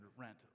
rent